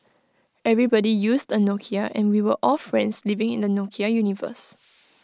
everybody used A Nokia and we were all friends living in the Nokia universe